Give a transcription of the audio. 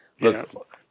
look